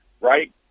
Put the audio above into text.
right